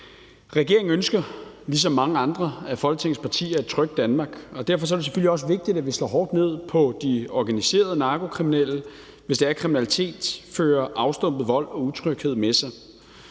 Regeringen ønsker ligesom mange andre af Folketingets partier et trygt Danmark, og derfor er det selvfølgelig også vigtigt, at vi slår hårdt ned på de organiserede narkokriminelle, hvis kriminalitet fører afstumpet vold og utryghed med sig.